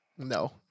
No